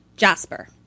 Jasper